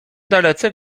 dalece